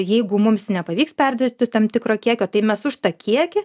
jeigu mums nepavyks perdirbti tam tikro kiekio tai mes už tą kiekį